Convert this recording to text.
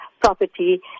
property